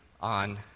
on